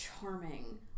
charming